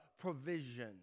provision